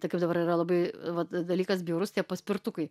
tai kaip dabar yra labai vat dalykas bjaurus tie paspirtukai